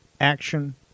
Action